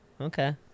Okay